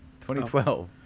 2012